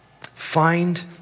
Find